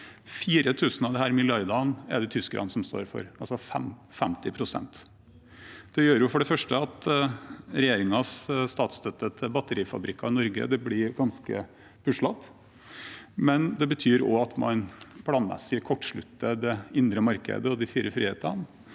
4 000 av disse milliardene står tyskerne for, altså 50 pst. Det gjør for det første at regjeringens statsstøtte til batterifabrikker i Norge blir ganske puslete, men det betyr også at man planmessig kortslutter det indre markedet og de fire frihetene,